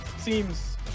seems